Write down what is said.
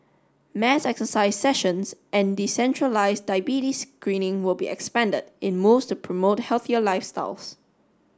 mass exercise sessions and decentralised diabetes screening will be expanded in moves to promote healthier lifestyles